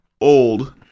old